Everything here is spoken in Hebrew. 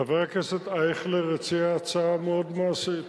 חבר הכנסת אייכלר הציע הצעה מאוד מעשית,